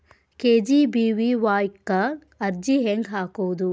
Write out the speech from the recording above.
KGBVY ಕ್ಕ ಅರ್ಜಿ ಹೆಂಗ್ ಹಾಕೋದು?